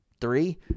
three